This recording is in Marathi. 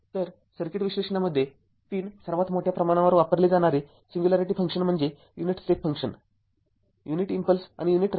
तर सर्किट विश्लेषणामध्ये ३ सर्वात मोठ्या प्रमाणावर वापरले जाणारे सिंग्युलॅरिटी फंक्शन म्हणजे unit step function unit impulse आणि युनिट रॅम्प